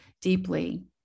deeply